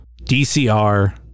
DCR